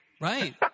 Right